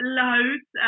loads